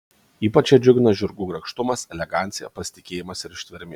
ypač ją džiugina žirgų grakštumas elegancija pasitikėjimas ir ištvermė